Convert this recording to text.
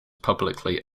publicly